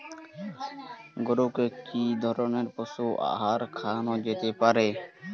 গরু কে কি ধরনের পশু আহার খাওয়ানো যেতে পারে?